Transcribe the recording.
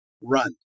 run